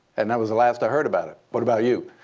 and that was the last i heard about it. what about you?